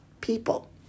people